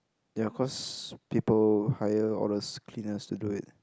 ya cause people hire all those cleaners to do it